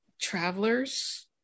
travelers